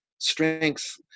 strengths